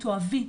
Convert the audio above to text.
תאהבי,